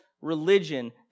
religion